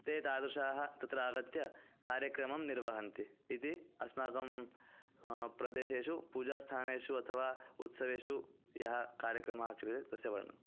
ते तादृशाः तत्र आगत्य कार्यक्रमं निर्वहन्ति इति अस्माकं प्रदेशेषु पूजास्थानेषु अथवा उत्सवेषु यः कार्यक्रमः क्रिये तस्य वर्णनम्